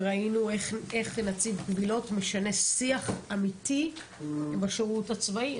וראינו איך נציב קבילות משנה שיח אמיתי בשירות הצבאי.